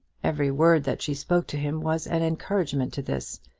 every word that she spoke to him was an encouragement to this,